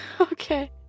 Okay